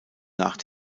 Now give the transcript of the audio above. nach